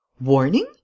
Warning